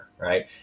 right